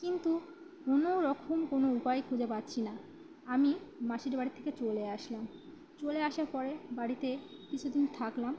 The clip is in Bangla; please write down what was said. কিন্তু কোনো রকম কোনো উপায় খুঁজে পাচ্ছি না আমি মাসির বাড়ি থেকে চলে আসলাম চলে আসার পরে বাড়িতে কিছুদিন থাকলাম